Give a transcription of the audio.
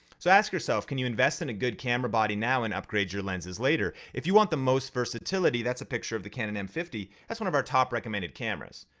so ask yourself, can you invest in a good camera body now and upgrade your lenses later? if you want the most versatility, that's a picture of the canon m fifty, that's one of our top recommended cameras.